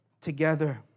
together